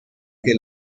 que